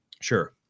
Sure